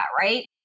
right